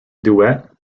duet